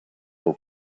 were